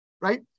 right